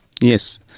Yes